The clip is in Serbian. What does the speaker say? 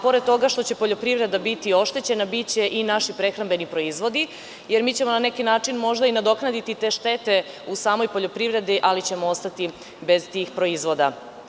Pored toga što će poljoprivreda biti oštećena, biće i naši prehrambeni proizvodi, jer mi ćemo na neki način možda i nadoknaditi te štete u samoj poljoprivredi, ali ćemo ostati bez tih proizvoda.